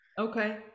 okay